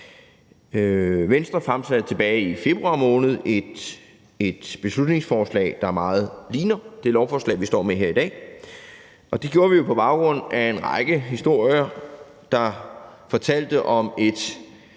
Venstre fremsatte tilbage i februar måned et beslutningsforslag, der meget ligner det lovforslag, vi står med her i dag, og det gjorde vi jo på baggrund af en række historier, der fortalte om et